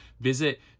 Visit